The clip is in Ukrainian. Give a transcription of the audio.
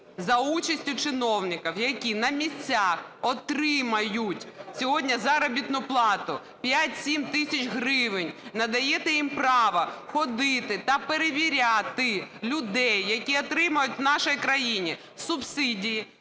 за участю чиновників, які на місцях отримають сьогодні заробітну плату 5-7 тисяч гривень, надаєте їм право ходити та перевіряти людей, які отримують в нашій країні субсидії,